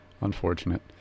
Unfortunate